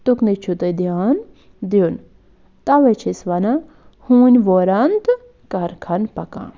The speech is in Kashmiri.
تُکنُے چھُو تُہۍ دھیان دیُن تَوَے چھِ أسۍ وَنان ہوٗنۍ ووران تہٕ کارخان پَکان